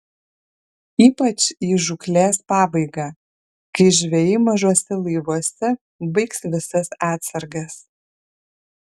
ypač į žūklės pabaigą kai žvejai mažuose laivuose baigs visas atsargas